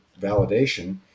validation